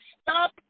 stop